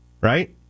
right